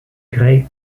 grey